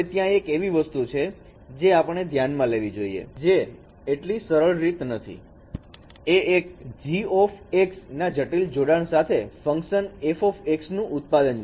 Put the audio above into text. હવે ત્યાં એક એવી વસ્તુ છે જે આપણે ધ્યાનમાં લેવી જોઈએ કે તે કેટલી સરળ રીત નથી તે એક g ના જટિલ જોડાણ સાથે ફંકશનf નું ઉત્પાદન કરે છે